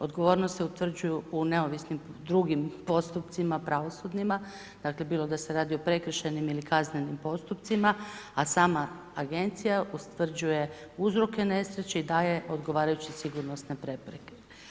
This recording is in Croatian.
Odgovornost utvrđuju u neovisnim drugim postupcima pravosudnima, dakle bilo da se radi o prekršajnim ili kaznenim postupcima a sama agencija ustvrđuje uzroke nesreće i daje odgovarajuće sigurnosne prepreke.